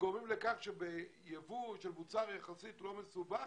שגורמים לכך שבייבוא של מוצר יחסית לא מסובך